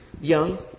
young